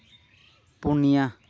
ᱯᱩᱱᱤᱭᱟ